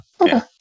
okay